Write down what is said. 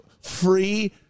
free